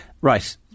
Right